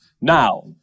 Now